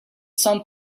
sun